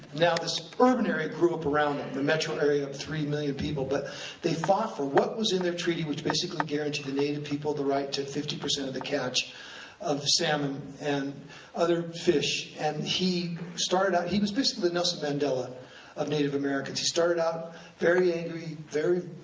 now this urban area grew up around the metro area of three million people, but they fought for what was in their treaty, which basically guaranteed the native people the right to fifty percent of the catch of salmon and other fish. and he started out, he was basically nelson mandela of native americans, he started out very angry, very,